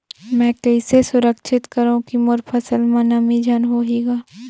मैं कइसे सुरक्षित करो की मोर फसल म नमी झन होही ग?